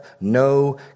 no